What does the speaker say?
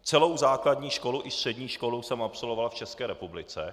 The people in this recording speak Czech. Celou základní školu i střední školu jsem absolvoval v České republice.